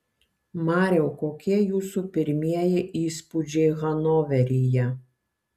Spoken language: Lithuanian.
mariau kokie jūsų pirmieji įspūdžiai hanoveryje